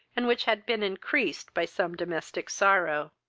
and which had been increased by some domestic sorrow.